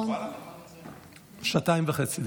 שעתיים וחצי.